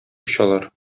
очалар